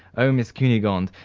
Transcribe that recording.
oh, miss cunegonde,